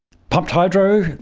pumped hydro,